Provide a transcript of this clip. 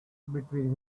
between